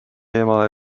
ema